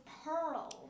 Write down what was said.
pearl